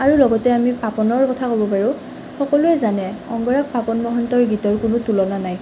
আৰু লগতে আমি পাপনৰ কথা ক'ব পাৰোঁ সকলোয়ে জানে অংগৰাগ পাপন মহন্তৰ গীতৰ কোনো তুলনা নাই